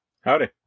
Howdy